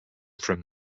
from